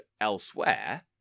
elsewhere